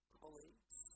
colleagues